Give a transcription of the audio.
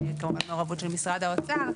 וכמובן המעורבות של משרד האוצר.